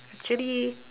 actually